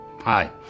Hi